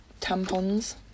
tampons